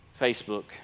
Facebook